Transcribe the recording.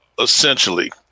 Essentially